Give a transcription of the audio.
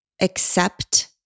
accept